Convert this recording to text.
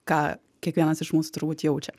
ką kiekvienas iš mūsų turbūt jaučia